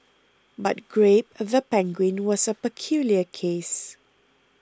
but Grape the penguin was a peculiar case